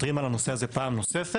מתריעים על הנושא הזה פעם נוספת.